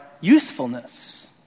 usefulness